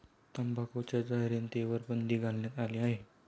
तंबाखूच्या जाहिरातींवर बंदी घालण्यात आली आहे